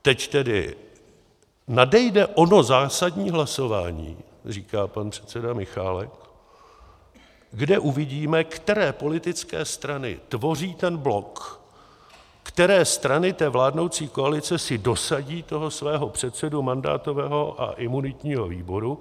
Teď tedy nadejde ono zásadní hlasování, říká pan předseda Michálek, kde uvidíme, které politické strany tvoří ten blok, které strany té vládnoucí koalice si dosadí toho svého předsedu mandátového a imunitního výboru.